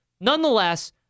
Nonetheless